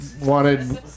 wanted